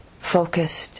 focused